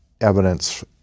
evidence